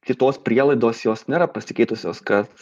kitos prielaidos jos nėra pasikeitusios kad